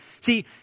See